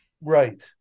right